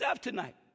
tonight